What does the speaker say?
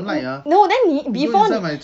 n~ no then 你 before 你